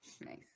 Nice